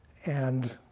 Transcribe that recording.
and